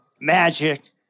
magic